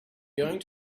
going